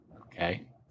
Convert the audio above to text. Okay